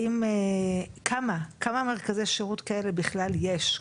כמה מרכזי שירות כאלה בכלל יש,